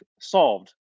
solved